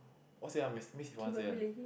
what is it ah Miss Miss Yvonne say one